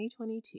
2022